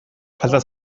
falta